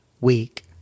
Week